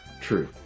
True